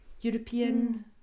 European